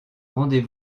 rendez